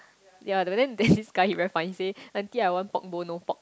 ya but then this guy he never funny he say auntie I want pork bone no pork